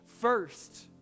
first